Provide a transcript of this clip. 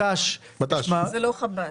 זה לא חב"ד.